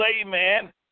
amen